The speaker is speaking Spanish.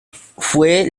fue